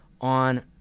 on